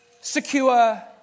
secure